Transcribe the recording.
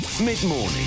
Mid-morning